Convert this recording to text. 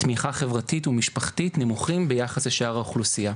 תמיכה חברתית ומשפחתית נמוכים ביחס לשאר האוכלוסיה.